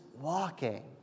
walking